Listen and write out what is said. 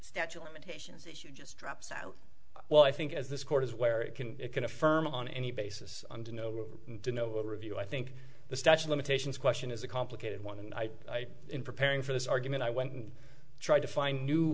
statue of limitations that you just drops out well i think as this court is where it can it can affirm on any basis under no no review i think the statute limitations question is a complicated one and i in preparing for this argument i went and tried to find new